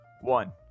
one